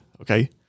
Okay